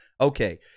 okay